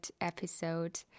episode